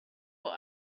but